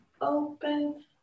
open